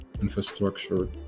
infrastructure